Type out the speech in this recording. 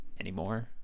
anymore